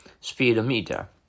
speedometer